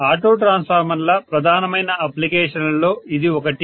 auto transformer ల ప్రధానమైన application లలో ఇది ఒకటి